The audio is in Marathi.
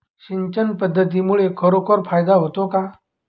सिंचन पद्धतीमुळे खरोखर फायदा होतो का?